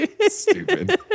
Stupid